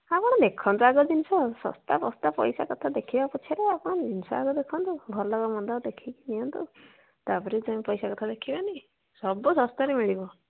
ଆପଣ ଦେଖନ୍ତୁ ଆଗ ଜିନିଷ ଶସ୍ତା ଫସ୍ତା ପଇସା କଥା ଦେଖିବା ପଛରେ ଆପଣ ଜିନିଷ ଆଗ ଦେଖନ୍ତୁ ଭଲ ମନ୍ଦ ଦେଖିକି ନିଅନ୍ତୁ ତା'ପରେ ତୁମ ପଇସା କଥା ଦେଖିବାନି ସବୁ ଶସ୍ତାରେ ମିଳିବ